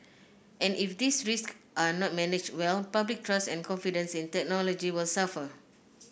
and if these risks are not managed well public trust and confidence in technology will suffer